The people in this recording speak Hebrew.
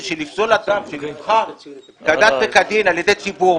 לפסול אדם שנבחר כדת וכדין על ידי ציבור,